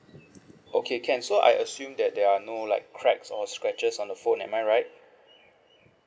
okay can so I assume that there are no like cracks or scratches on the phone am I right